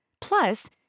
Plus